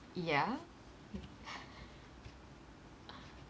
ya